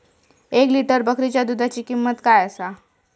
एक लिटर बकरीच्या दुधाची किंमत काय आसा?